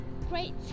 great